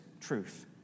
truth